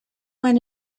went